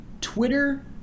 Twitter